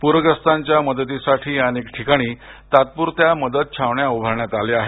पूरग्रस्तांच्या मदतीसाठी अनेक ठिकाणी तात्पुरत्या मदत छावण्या उभारण्यात आल्या आहेत